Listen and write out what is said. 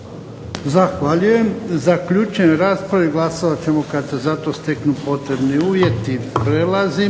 Zahvaljujem. Zaključujem raspravu i glasovat ćemo kad se za to steknu potrebni uvjeti. **Bebić,